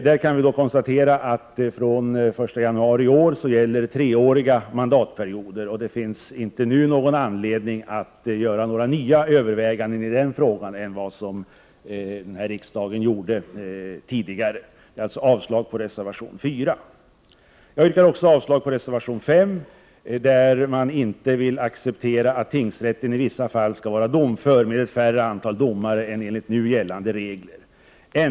Från den 1 januari i år gäller treåriga mandatperioder. Det finns nu inte någon anledning att göra några nya överväganden i den frågan än dem som riksdagen tidigare har gjort. Jag yrkar avslag på reservation 4. Jag yrkar även avslag på reservation 5. I denna reservation vill man inte acceptera att domstolarna i vissa fall skall kunna vara domföra med ett mindre antal domare än enligt nu gällande regler.